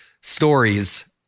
stories